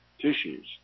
tissues